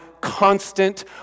constant